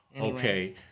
Okay